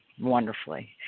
wonderfully